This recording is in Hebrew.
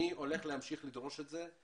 אני הולך להמשיך לדרוש את זה.